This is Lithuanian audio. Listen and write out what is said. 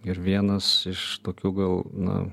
ir vienas iš tokių gal na